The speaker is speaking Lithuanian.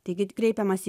taigi kreipiamasi